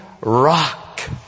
rock